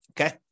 Okay